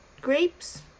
Grapes